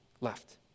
Left